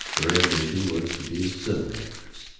her ambition was to be a cinema actress.